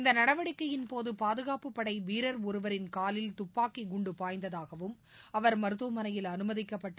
இந்த நடவடிக்கையின்போது பாதுகாப்புப் படை வீரர் ஒருவரின் காலில் துப்பாக்கி குண்டு பாய்ந்ததாகவும் அவர் மருத்துவமனையில் அனுமதிக்கப்பட்டு